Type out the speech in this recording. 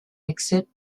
accepte